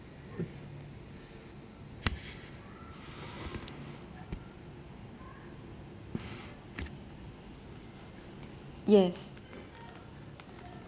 yes